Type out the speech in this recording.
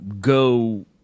go